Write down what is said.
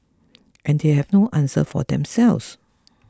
and they have no answer for themselves